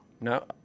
No